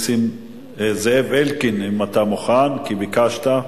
זאב אלקין, אם אתה מוכן, כי ביקשת.